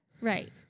right